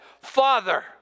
Father